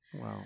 Wow